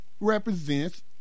represents